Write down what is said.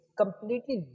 completely